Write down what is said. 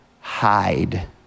hide